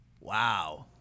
Wow